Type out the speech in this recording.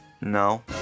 No